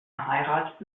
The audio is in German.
heirat